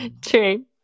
True